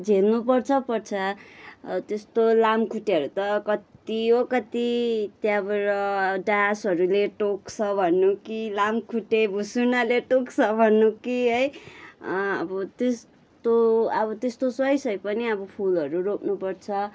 झेल्नु पर्छ पर्छ त्यस्तो लामखुट्टेहरू त कति हो कति त्यहाँबाट डाँसहरूले टोक्छ भन्नु कि लामखुट्टे भुसुनाले टोक्छ भन्नु कि है अब त्यस्तो अब त्यस्तो सही सही पनि अब फुलहरू रोप्नु पर्छ